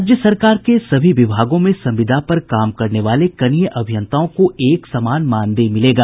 राज्य सरकार के सभी विभागों में संविदा पर काम करने वाले कनीय अभियंताओं को एक समान मानदेय मिलेगा